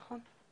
נכון.